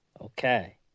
okay